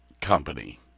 Company